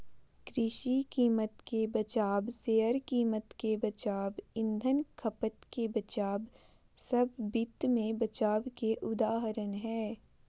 कृषि कीमत के बचाव, शेयर कीमत के बचाव, ईंधन खपत के बचाव सब वित्त मे बचाव के उदाहरण हय